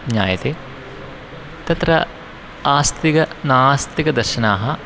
ज्ञायते तत्र आस्तिक नास्तिकदर्शनानि